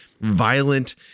violent